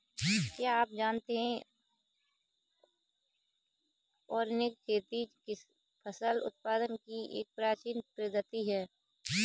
क्या आप जानते है ऑर्गेनिक खेती फसल उत्पादन की एक प्राचीन पद्धति है?